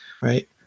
right